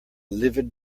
livid